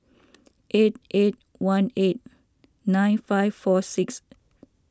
eight eight one eight nine five four six